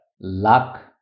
luck